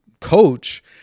Coach